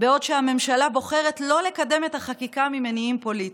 בעוד הממשלה בוחרת לא לקדם את החקיקה ממניעים פוליטיים.